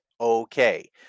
Okay